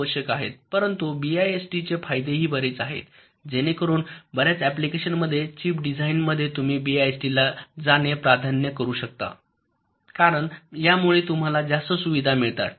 आवश्यक आहे परंतु बीआयएसटीचे फायदेही बरेच आहेत जेणेकरून बर्याच अँप्लिकेशनमध्ये चिप डिझाईन्समध्ये तुम्ही बीआयएसटीला जाणे पसंत करू शकता कारण यामुळे तुम्हाला जास्त सुविधा मिळतात